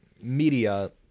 media